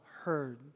heard